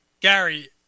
Gary